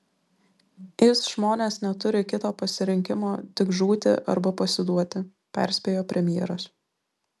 is žmonės neturi kito pasirinkimo tik žūti arba pasiduoti perspėjo premjeras